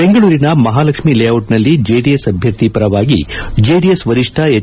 ಬೆಂಗಳೂರಿನ ಮಹಾಲಕ್ಷ್ಮೀಲೇಔಟ್ನಲ್ಲಿ ಜೆಡಿಎಸ್ ಅಭ್ಯರ್ಥಿ ಪರವಾಗಿ ಜೆಡಿಎಸ್ ವರಿಷ್ಠ ಎಚ್